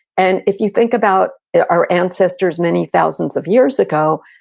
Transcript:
and if you think about our ancestors many thousands of years ago,